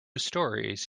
storeys